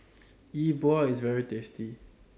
Yi Bua IS very tasty